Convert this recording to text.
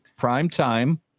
Primetime